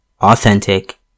authentic